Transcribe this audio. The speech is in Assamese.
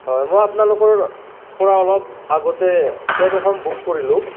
অ মই আপোনালোকৰ পৰা অলপ আগতে কেব এখন বুক কৰিলোঁ